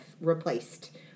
replaced